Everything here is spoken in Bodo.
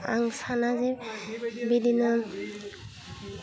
आं सानाजे बिदिनो